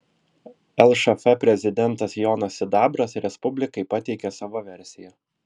lšf prezidentas jonas sidabras respublikai pateikė savo versiją